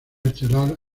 estelar